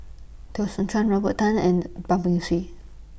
Teo Soon Chuan Robert Tan and Bar Beng Swee